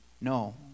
No